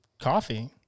coffee